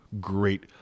great